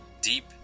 deep